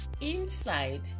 inside